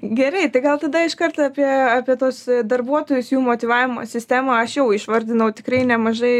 gerai tai gal tada iškart apie apie tuos darbuotojus jų motyvavimo sistemą aš jau išvardinau tikrai nemažai